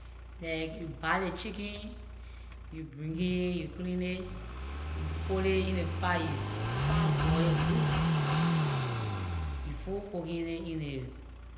Like you buy ley chicken, you bring it, you clean it, you put it in the pot, you parboil it good, before putting it in the soup.